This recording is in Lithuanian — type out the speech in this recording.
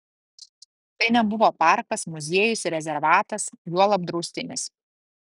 tai nebuvo parkas muziejus rezervatas juolab draustinis